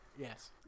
yes